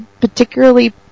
particularly